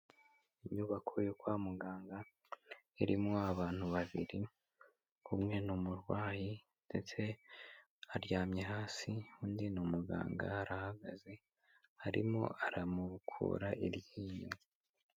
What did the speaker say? Inyubako yo kwa muganga irimo abantu babiri umwe ni umurwayi ndetse aryamye hasi, undi ni umuganga arahagaze arimo aramukura iryinyo.